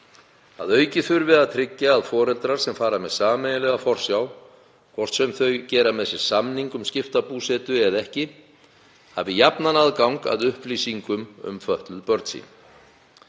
Að auki þurfi að tryggja að foreldrar sem fara með sameiginlega forsjá, hvort sem þau gera með sér samning um skipta búsetu eða ekki, hafi jafnan aðgang að upplýsingum um fötluð börn sín.